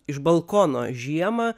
iš balkono žiemą